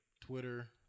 Twitter